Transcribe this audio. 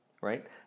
right